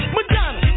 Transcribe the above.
Madonna